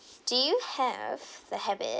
do you have the habit